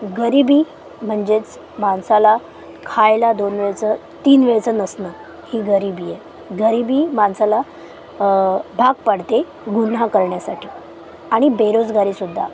गरिबी म्हणजेच माणसाला खायला दोन वेळचं तीन वेळचं नसणं ही गरिबी आहे गरिबी माणसाला भाग पाडते गुन्हा करण्यासाठी आणि बेरोजगारीसुद्धा